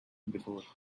before